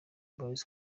boyz